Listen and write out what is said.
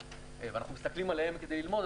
ואנחנו מסתכלים עליהן כדי ללמוד,